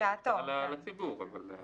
הטיוטה פתוחה לציבור, אבל היא